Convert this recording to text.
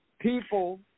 people